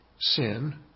sin